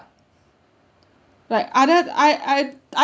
like I don't I I I do